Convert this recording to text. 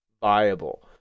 viable